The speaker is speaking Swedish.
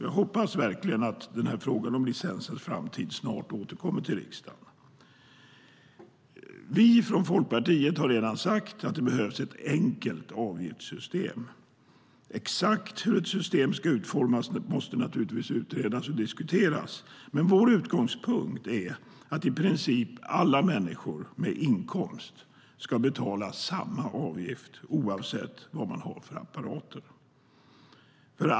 Jag hoppas verkligen att frågan om licensens framtid snart återkommer till riksdagen. Vi från Folkpartiet har redan sagt att det behövs ett enkelt avgiftssystem. Exakt hur ett system ska utformas måste naturligtvis utredas och diskuteras, men vår utgångspunkt är att i princip alla människor med inkomst ska betala samma avgift oavsett apparat.